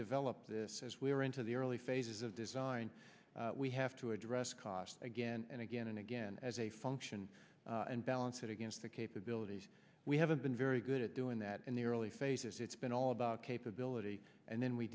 develop this as we are into the early phases of design we have to address cost again and again and again as a function and balance it against the capabilities we haven't been very good at doing that in the early phases it's been all about capability and then we